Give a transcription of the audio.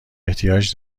احتیاج